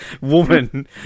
woman